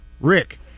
Rick